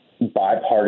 bipartisan